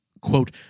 quote